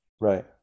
Right